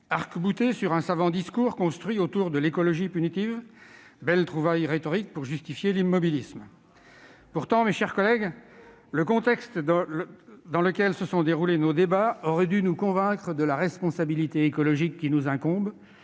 arc-boutée sur un savant discours construit autour de l'« écologie punitive »- belle trouvaille rhétorique pour justifier l'immobilisme. Pourtant, mes chers collègues, le contexte dans lequel se sont déroulés nos débats aurait dû nous convaincre de la responsabilité écologique qui nous incombe